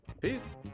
Peace